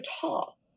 tall